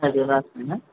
పదివేలు రాసుకోండి